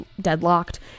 deadlocked